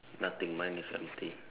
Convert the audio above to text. nothing mine is empty